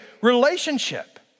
relationship